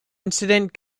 incident